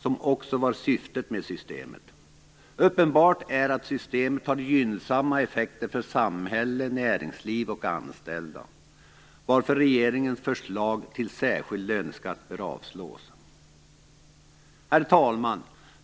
som också var syftet med systemet. Uppenbart är att systemet har gynnsamma effekter för samhälle, näringsliv och anställda, varför regeringens förslag till särskild löneskatt bör avslås. Herr talman!